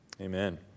Amen